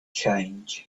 change